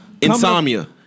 insomnia